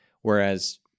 Whereas